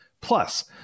Plus